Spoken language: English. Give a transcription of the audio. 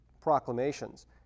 proclamations